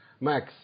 Max